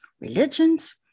religions